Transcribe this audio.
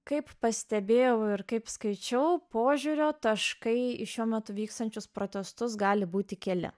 kaip pastebėjo ir kaip skaičiau požiūrio taškai į šiuo metu vykstančius protestus gali būti keli